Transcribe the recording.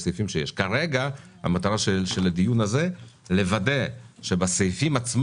כרגע המטרה של הדיון הזה לוודא שבסעיפים,